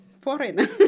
foreign